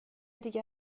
دیگه